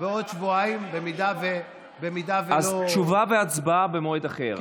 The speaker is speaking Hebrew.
עוד שבועיים, אם לא, אז תשובה והצבעה במועד אחר.